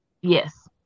Yes